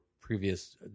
previous